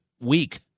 week